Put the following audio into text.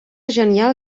genial